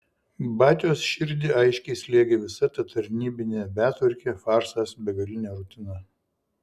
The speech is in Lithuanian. batios širdį aiškiai slėgė visa ta tarnybinė betvarkė farsas begalinė rutina